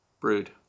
brood